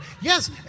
Yes